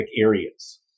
areas